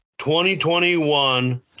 2021